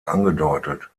angedeutet